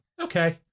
okay